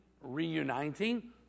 reuniting